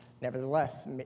nevertheless